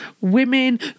women